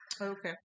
Okay